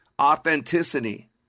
Authenticity